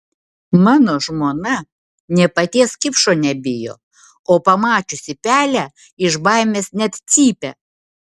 mano žmona nė paties kipšo nebijo o pamačiusi pelę iš baimės net cypia